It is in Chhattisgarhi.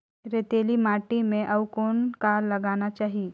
रेतीली माटी म अउ कौन का लगाना चाही?